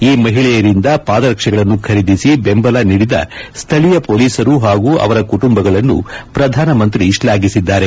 ಈ ಮಹಿಳೆಯರಿಂದ ಪಾದರಕ್ಷೆಗಳನ್ನು ಖರೀದಿಸಿ ಬೆಂಬಲ ನೀಡಿದ ಸ್ಥಳೀಯ ಪೊಲೀಸರು ಹಾಗೂ ಅವರ ಕುಣುಂಬಗಳನ್ನು ಪ್ರಧಾನಮಂತ್ರಿ ಶ್ಲಾಘಿಸಿದ್ದಾರೆ